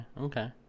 Okay